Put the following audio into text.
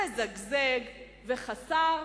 מזגזג וחסר